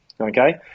Okay